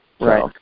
Right